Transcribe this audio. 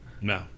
No